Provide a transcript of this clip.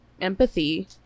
empathy